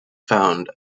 found